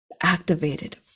activated